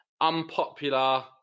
unpopular